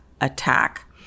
attack